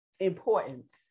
importance